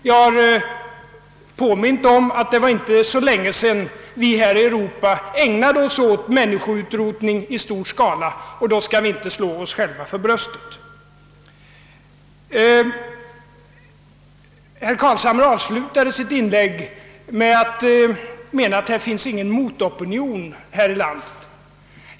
Jag har påmint om att det inte var så länge sedan vi här i Europa ägnade oss åt människoutrotning i stor skala, och då skall vi inte slå oss själva för bröstet. Herr Carlshamre avslutade sitt inlägg med att säga att det inte finns någon motopinion här i landet.